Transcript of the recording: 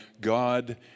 God